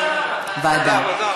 לא, לא.